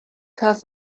curse